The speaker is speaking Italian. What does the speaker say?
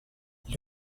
gli